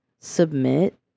submit